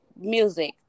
music